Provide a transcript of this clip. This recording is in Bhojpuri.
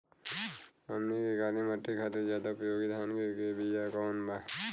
हमनी के काली माटी खातिर ज्यादा उपयोगी धान के बिया कवन बा?